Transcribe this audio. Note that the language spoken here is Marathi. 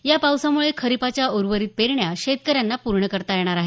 या पावसामुळे खरिपाच्या उर्वरित पेरण्या शेतकऱ्यांना पूर्ण करता येणार आहेत